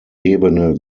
ebene